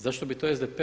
Zašto bi to SDP?